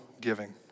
giving